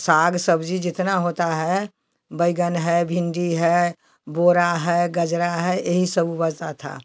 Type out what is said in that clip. साग सब्जी जितना होता है बैगन है भिंडी है बोरा है गजरा है यही सब उपजता था